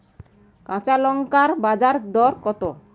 কাঁচা লঙ্কার বাজার দর কত?